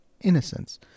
Innocence